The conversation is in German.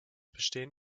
bestehen